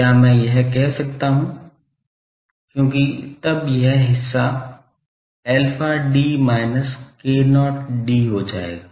क्या मैं यह कह सकता हूं क्योंकि तब यह हिस्सा alpha d minus k0 d हो जाएगा